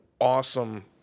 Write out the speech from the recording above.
awesome